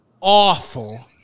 awful